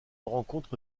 rencontre